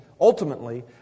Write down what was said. Ultimately